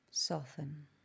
Soften